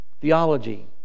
Theology